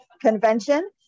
Convention